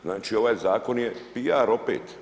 Znači ovaj zakon je PR opet.